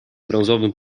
brązowym